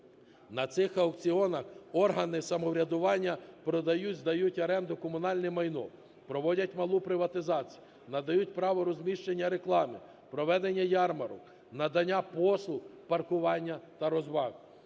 На цих аукціонах органи самоврядування продають, здають в оренду комунальне майно, проводять малу приватизацію, надають право розміщення реклами, проведення ярмарок, надання послуг, паркування та розваги.